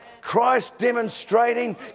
Christ-demonstrating